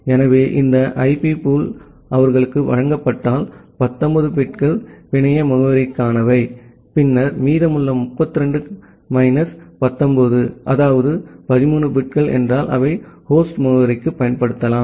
எனவே இந்த IP pool அவர்களுக்கு வழங்கப்பட்டால் 19 பிட்கள் பிணைய முகவரிக்கானவை பின்னர் மீதமுள்ள 32 கழித்தல் 19 அதாவது 13 பிட்கள் என்றால் அவை ஹோஸ்ட் முகவரிக்கு பயன்படுத்தலாம்